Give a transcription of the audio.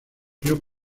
clube